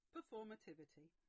Performativity